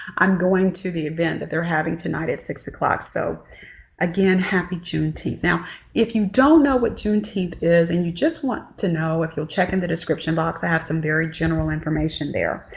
i'm going to the event that they're having tonight at six o'clock. so again, happy tune tea now if you don't know what tune teeth is and you just want to know if you'll check in the description box i have some very general information there.